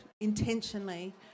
intentionally